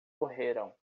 correram